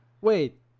Wait